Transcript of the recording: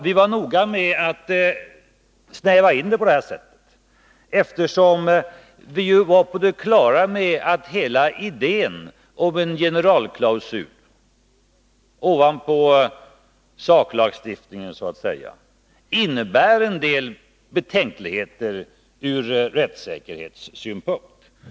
Vi var noga med att snäva in det på det här sättet, eftersom vi ju var på det klara med att hela idén om en generalklausul, ovanpå saklagstiftningen så att säga, innebär en del betänkligheter ur rättssäkerhetssynpunkt.